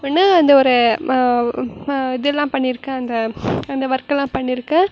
ஒன்று அந்த ஒரு இதெலாம் பண்ணிருக்கேன் அந்த அந்த ஒர்க்கெலாம் பண்ணிருக்கேன்